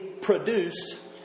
produced